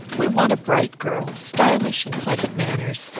we want a bright girl stylish, and pleasant manners.